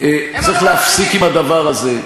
צריך להפסיק עם הדבר הזה.